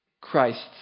Christ's